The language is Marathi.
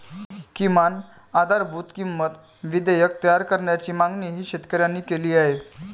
किमान आधारभूत किंमत विधेयक तयार करण्याची मागणीही शेतकऱ्यांनी केली आहे